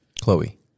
Chloe